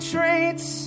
Traits